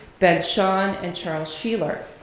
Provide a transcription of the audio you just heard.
ben shahn, and charles sheeler,